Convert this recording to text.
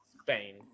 spain